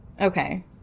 Okay